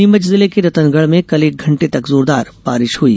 नीमच जिले के रतनगढ़ में कल एक घंटे तक जोरदार बारिश हुई